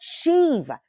achieve